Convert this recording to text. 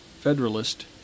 Federalist